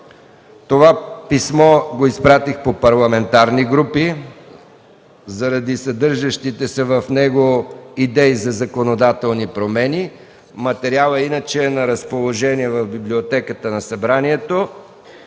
Това писмо го изпратих до парламентарните групи заради съдържащите се в него идеи за законодателни промени. Материалът е на разположение в Библиотеката на Народното